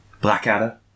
Blackadder